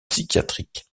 psychiatrique